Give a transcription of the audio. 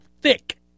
thick